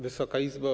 Wysoka Izbo!